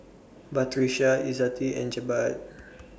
Batrisya Izzati and Jebat